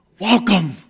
welcome